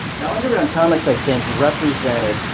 now underground comics i think represented